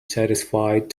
satisfied